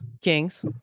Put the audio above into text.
Kings